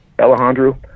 Alejandro